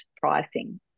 pricing